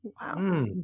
Wow